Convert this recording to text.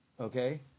Okay